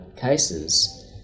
cases